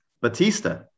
Batista